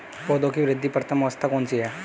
पौधों की वृद्धि की प्रथम अवस्था कौन सी है?